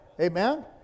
Amen